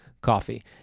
coffee